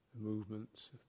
movements